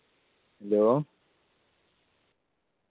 hello